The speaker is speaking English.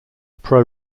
pro